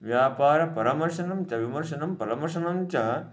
व्यापारपरमर्शनं च विमर्शनं परामर्शनं च